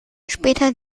später